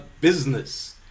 business